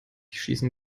schießen